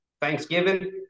Thanksgiving